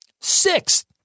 Sixth